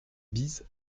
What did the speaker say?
bise